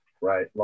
Right